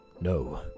No